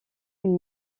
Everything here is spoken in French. une